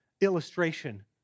illustration